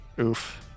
Oof